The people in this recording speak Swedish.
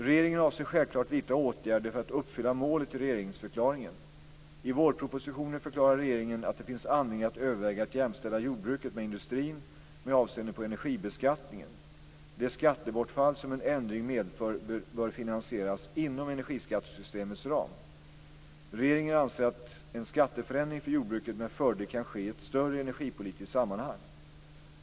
Regeringen avser självklart att vidta åtgärder för att uppfylla målet i regeringsförklaringen. I vårpropositionen förklarar regeringen att det finns anledning att överväga att jämställa jordbruket med industrin med avseende på energibeskattningen. Det skattebortfall som en ändring medför bör finansieras inom energiskattesystemets ram. Regeringen anser att en skatteförändring för jordbruket med fördel kan ske i ett större energipolitiskt sammanhang.